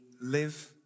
live